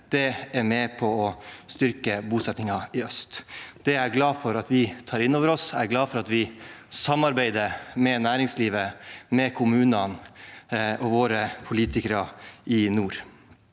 er med på å styrke bosetningen i øst. Det er jeg glad for at vi tar inn over oss. Jeg er glad for at vi samarbeider med næringslivet, med kommunene og med våre politikere i nord.